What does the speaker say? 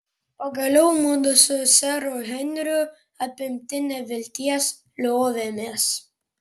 pagaliau mudu su seru henriu apimti nevilties liovėmės